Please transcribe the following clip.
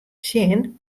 sjen